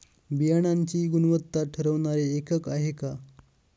बियाणांची गुणवत्ता ठरवणारे एकक आहे का?